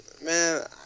man